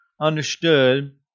understood